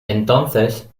entonces